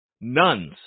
nuns